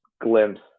glimpse